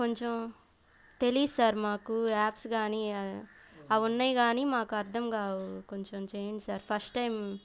కొంచెం తెలియదు సార్ మాకు యాప్స్ కానీ అవి ఉన్నాయి కానీ మాకు అర్దంగావు కొంచెం చేయండి సార్ ఫస్ట్ టైమ్